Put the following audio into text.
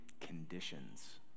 conditions